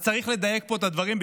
אז צריך לדייק פה את הדברים,